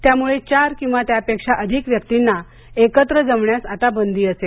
त्यामुळे चार किंवा त्यापेक्षा अधिक व्यक्तीना एकत्र जमण्यास आता बंदी असेल